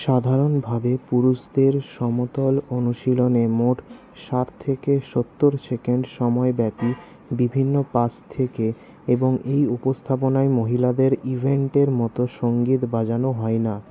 সাধারণভাবে পুরুষদের সমতল অনুশীলনে মোট ষাট থেকে সত্তর সেকেন্ড সময়ব্যাপী বিভিন্ন পাশ থেকে এবং এই উপস্থাপনায় মহিলাদের ইভেন্টের মতো সঙ্গীত বাজানো হয় না